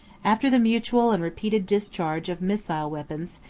after the mutual and repeated discharge of missile weapons,